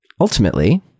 ultimately